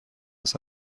است